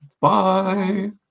bye